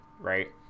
right